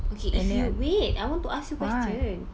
okay if you wait I want to ask you question